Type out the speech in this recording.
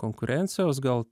konkurencijos gal